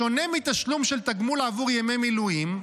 בשונה מתשלום של תגמול עבור ימי מילואים,